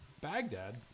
Baghdad